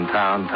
town